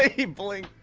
ah he blinked!